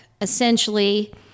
Essentially